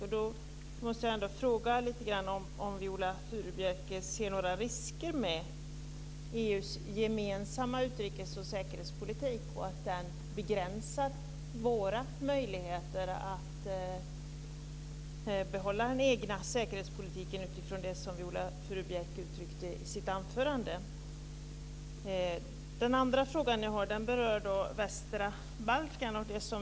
Jag måste ändå fråga om Viola Furubjelke ser några risker med EU:s gemensamma utrikes och säkerhetspolitik och om den begränsar våra möjligheter att behålla den egna säkerhetspolitiken utifrån det som Viola Furubjelke uttryckte i sitt anförande. Min andra fråga gäller västra Balkan.